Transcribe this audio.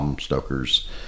Stoker's